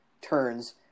turns